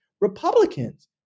Republicans